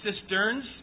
cisterns